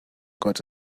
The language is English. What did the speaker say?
got